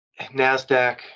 NASDAQ